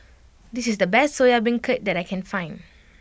this is the best Soya Beancurd that I can find